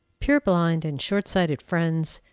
purblind and short-sighted friends!